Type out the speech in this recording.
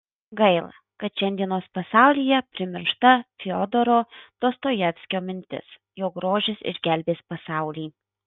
gaila kad šiandienos pasaulyje primiršta fiodoro dostojevskio mintis jog grožis išgelbės pasaulį